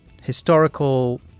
historical